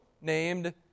named